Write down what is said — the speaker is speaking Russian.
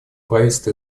правительство